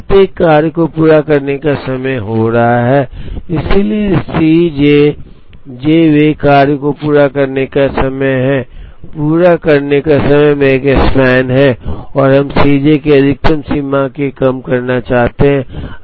प्रत्येक कार्य को पूरा करने का समय हो रहा है इसलिए C j j वें कार्य को पूरा करने का समय है पूरा होने का समय Makespan है और हम C j की अधिकतम सीमा को कम करना चाहते हैं